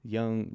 Young